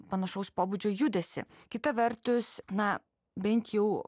panašaus pobūdžio judesį kita vertus na bent jau